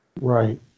Right